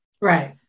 Right